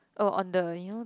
oh on the you know the